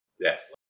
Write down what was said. Yes